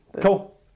Cool